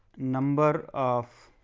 number of